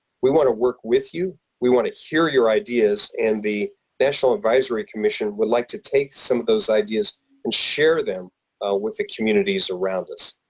we want to work with you. we want to hear your ideas, and the national advisory commission would like to take some of those ideas and share them with the communities around us.